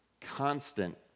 constant